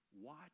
watch